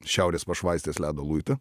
šiaurės pašvaistės ledo luitą